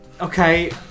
Okay